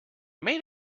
made